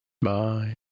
Bye